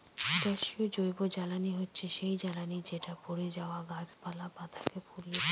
গ্যাসীয় জৈবজ্বালানী হচ্ছে সেই জ্বালানি যেটা পড়ে যাওয়া গাছপালা, পাতা কে পুড়িয়ে পাই